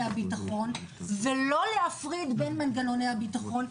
הביטחון ולא להפריד בין מנגנוני הביטחון.